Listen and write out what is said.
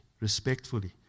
respectfully